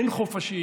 אין חופשים,